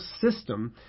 system